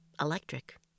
electric